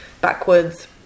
backwards